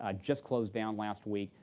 ah just closed down last week.